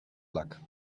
luck